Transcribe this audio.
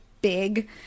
big